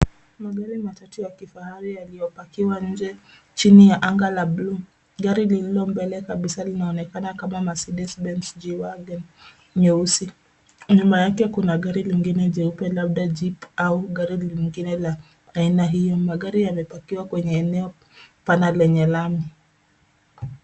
Magari matatu ya kifahari yaliyopakiwa nje chini ya anga la bluu. Gari lilio mbele kabisa linaonekana kama Mercedes Benz G wagon nyeusi. Nyuma yake kuna gari lingine jeupe labda Jeep au gari lingine la aina hio. Magari yamepakiwa kwenye eneo pana lenye lami.